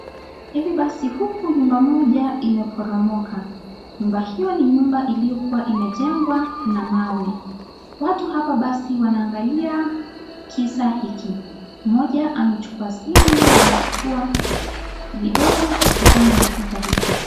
Hivi basi huku nyumba moja, imeporomoka, nyumba hio ni nyumba iliyokuwa imejengwa, na nawe, qatu hapa basi wnaangalia, kisa hiki, mmoja amechukua simu na anachukuwa video kutokaa na kisa hiki.